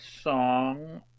song